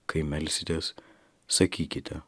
kai melsitės sakykite